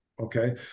okay